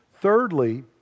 Thirdly